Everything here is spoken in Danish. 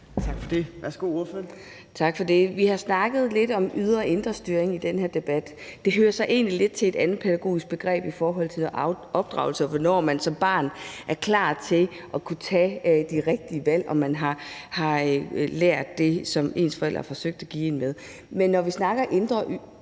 Charlotte Broman Mølbæk (SF): Tak for det. Vi har snakket lidt om ydre og indre styring i den her debat. Det hører så egentlig lidt til et andet pædagogisk begreb i forbindelse med opdragelse, og hvornår man som barn er klar til at kunne tage de rigtige valg og har lært det, som ens forældre har forsøgt at give en med. Men når vi snakker om indre